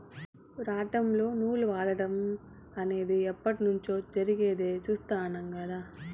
రాట్నంతో నూలు వడకటం అనేది ఎప్పట్నుంచో జరిగేది చుస్తాండం కదా